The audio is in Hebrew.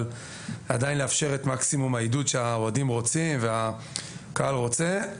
אבל עדיין לאפשר את מקסימום העידוד שהאוהדים רוצים והקהל רוצה.